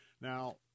Now